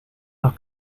los